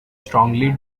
strongly